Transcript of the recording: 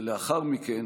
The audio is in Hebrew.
ולאחר מכן,